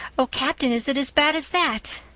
oh, captain, is it as bad as that